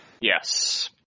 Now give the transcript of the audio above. Yes